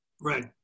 Right